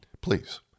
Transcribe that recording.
please